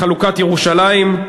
לחלוקת ירושלים.